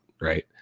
Right